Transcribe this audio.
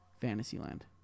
Fantasyland